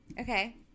Okay